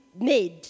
made